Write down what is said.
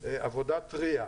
עבודת טרייה